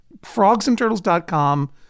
Frogsandturtles.com